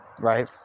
Right